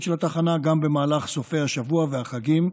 של התחנה גם במהלך סופי השבוע והחגים.